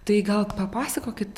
tai gal papasakokit